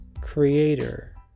creator